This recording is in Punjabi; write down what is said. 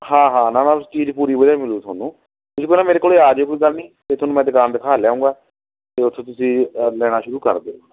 ਹਾਂ ਹਾਂ ਨਾ ਨਾ ਚੀਜ਼ ਪੂਰੀ ਵਧੀਆ ਮਿਲੂ ਤੁਹਾਨੂੰ ਤੁਸੀਂ ਪਹਿਲਾਂ ਮੇਰੇ ਕੋਲ ਆ ਜਿਓ ਕੋਈ ਗੱਲ ਨਹੀਂ ਫਿਰ ਤੁਹਾਨੂੰ ਮੈਂ ਦੁਕਾਨ ਦਿਖਾ ਲਿਆਉਂਗਾ ਅਤੇ ਉੱਥੋਂ ਤੁਸੀਂ ਲੈਣਾ ਸ਼ੁਰੂ ਕਰ ਦਿਓ